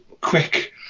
quick